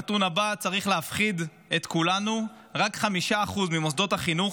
הנתון הבא צריך להפחיד את כולנו: רק 5% ממוסדות החינוך